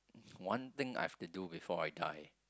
one thing I have to do before I die